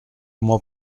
mois